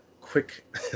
Quick